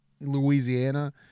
Louisiana